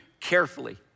carefully